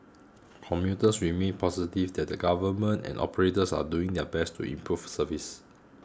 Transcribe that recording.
commuters remained positive that the government and operators are doing their best to improve service